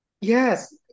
Yes